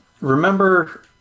Remember